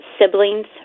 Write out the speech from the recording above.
siblings